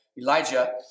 Elijah